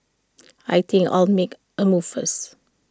I think I'll make A move first